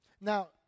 Now